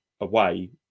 away